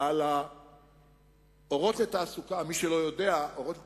על "אורות לתעסוקה" מי שלא יודע, "אורות לתעסוקה"